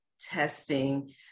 testing